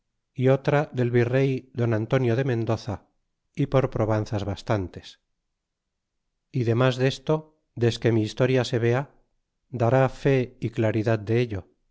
é otra del virrey don antonio de mendoza é por probanzas bastantes y denlas desto desque mi historia se vea darit fe é claridad dello